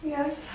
Yes